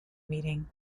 meeting